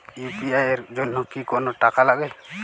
UPI এর জন্য কি কোনো টাকা লাগে?